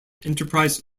enterprise